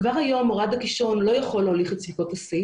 כבר היום מורד הקישון לא יכול להוליך את השיא.